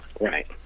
Right